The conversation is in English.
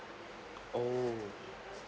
oh